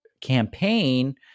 campaign